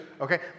okay